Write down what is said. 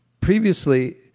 Previously